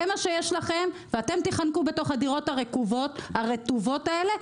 זה מה שיש לכם ואתם תיחנקו בתוך הדירות הרקובות והרטובות האלה,